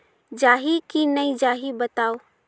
जाही की नइ जाही बताव?